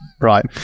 right